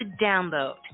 download